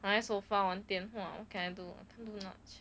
躺在 sofa 玩电话 what can I do too much